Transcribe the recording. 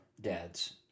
dads